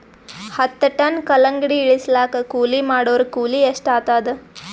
ಹತ್ತ ಟನ್ ಕಲ್ಲಂಗಡಿ ಇಳಿಸಲಾಕ ಕೂಲಿ ಮಾಡೊರ ಕೂಲಿ ಎಷ್ಟಾತಾದ?